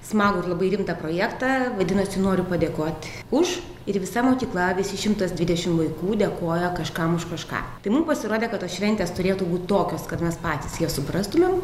smagų ir labai rimtą projektą vadinosi noriu padėkot už ir visa mokykla visi šimtas dvidešimt vaikų dėkojo kažkam už kažką tai mum pasirodė kad tos šventės turėtų būt tokios kad mes patys jas suprastumėm